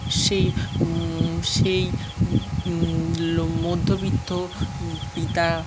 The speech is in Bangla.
সেই সেই লো মধ্যবিত্ত পিতা